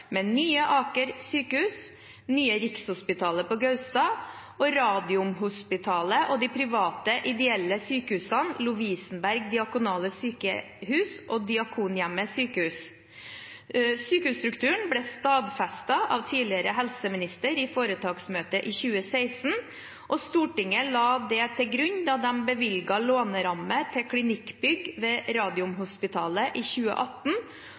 med Nye Aker sykehus, Nye Rikshospitalet på Gaustad, Radiumhospitalet og de private, ideelle sykehusene Lovisenberg Diakonale Sykehus og Diakonhjemmet Sykehus. Sykehusstrukturen ble stadfestet av tidligere helseminister i foretaksmøte i 2016, og Stortinget la det til grunn da de bevilget låneramme til klinikkbygg ved Radiumhospitalet i 2018